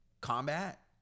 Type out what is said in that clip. combat